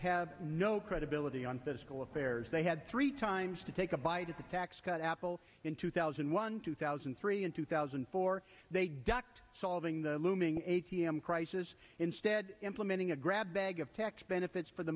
have no credibility on fiscal affairs they had three times to take a bite of the tax cut apples in two thousand and one two thousand and three and two thousand and four they ducked solving the looming a t m crisis instead implementing a grab bag of tax benefits for the